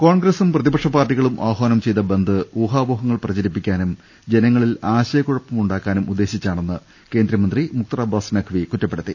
കോൺഗ്രസും പ്രതിപക്ഷ പാർട്ടികളും ആഹ്വാനം ചെയ്ത ബന്ദ് ഊഹാപോഹങ്ങൾ പ്രചരിപ്പിക്കാനും ജനങ്ങളിൽ ആശയകുഴപ്പം ഉണ്ടാ ക്കാനും ഉദ്ദേശിച്ചാണെന്ന് കേന്ദ്രമന്ത്രി മുക്തർ അബ്ബാസ് നഖ്വി കുറ്റപ്പെ ടുത്തി